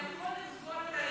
אתה יכול לסגור את הרשימה.